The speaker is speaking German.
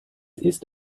ist